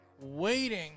waiting